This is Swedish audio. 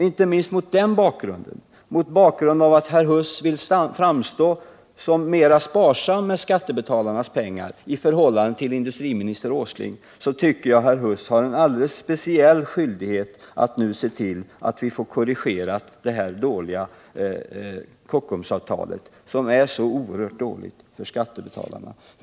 Inte minst mot den bakgrunden och mot bakgrund av att herr Huss vill framstå som mera sparsam med skattebetalarnas pengar än industriminister Åsling tycker jag att herr Huss har en speciell skyldighet att nu se till att vi får Kockumsavtalet, som är så oerhört dåligt för skattebetalarna, korrigerat.